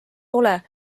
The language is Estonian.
pole